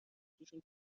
توشون